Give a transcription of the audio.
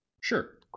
Sure